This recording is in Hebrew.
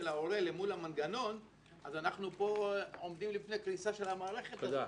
ההורה אל מול המנגנון אז אנחנו עומדים פה בפני קריסה של המערכת הזאת,